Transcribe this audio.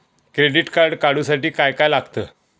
Credit card काढूसाठी काय काय लागत?